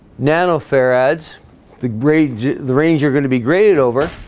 nano farads the great the range you're going to be graded over